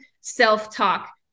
self-talk